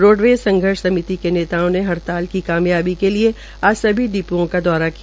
roadways संघर्ष समिकित ने नेताओं ने हड़ताल की कामयाबी के लिए आज सभी डिप्ओं का दौरा किया